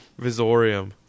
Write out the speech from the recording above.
Visorium